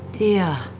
yeah.